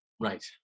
right